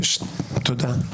תודה.